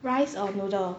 rice of noodle